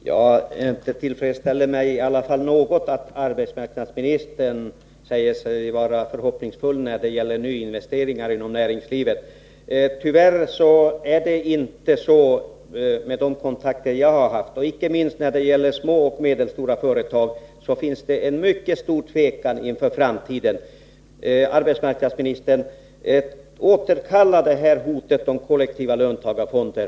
Herr talman! Det tillfredsställer mig något att arbetsmarknadsministern säger sig vara förhoppningsfull när det gäller nyinvesteringar inom näringslivet. Tyvärr kan jag för min del inte säga på samma sätt i fråga om de kontakter jag har haft. Inte minst när det gäller små och medelstora företag finns det en mycket stor tvekan inför framtiden. Arbetsmarknadsministern, återkalla det här hotet om kollektiva löntagarfonder!